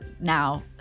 now